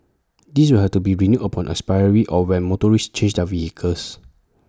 this will have to be renewed upon expiry or when motorists change their vehicles